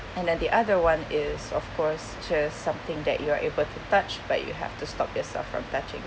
and then the other one is of course to something that you're able to touch but you have to stop yourself from touching